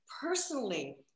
personally